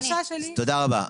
תודה רבה.